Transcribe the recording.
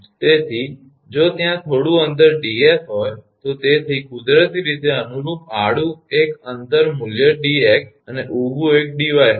તેથી જો ત્યાં થોડું અંતર 𝑑𝑠 હોય તો તેથી કુદરતી રીતે અનુરૂપ આડૂં એક અંતર મૂલ્ય 𝑑𝑥 અને ઊભું એક 𝑑𝑦 હશે